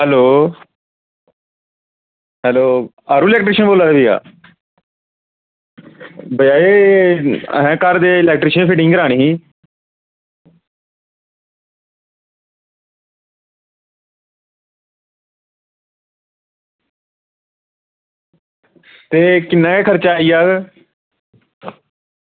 hello hello electrician बोल्ला दे भाईया ते असैं घरे दी इलैक्ट्रिशन दी फिटिंग करानीं ही ते किन्नां गै खर्चा आई जाग